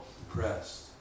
depressed